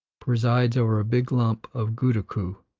presides over a big lump of goodakoo